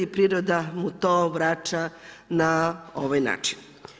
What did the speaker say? Priroda mu to vraća na ovaj način.